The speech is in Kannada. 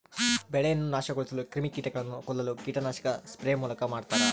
ಬೆಳೆಯನ್ನು ನಾಶಗೊಳಿಸುವ ಕ್ರಿಮಿಕೀಟಗಳನ್ನು ಕೊಲ್ಲಲು ಕೀಟನಾಶಕ ಸ್ಪ್ರೇ ಮೂಲಕ ಮಾಡ್ತಾರ